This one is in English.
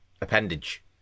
appendage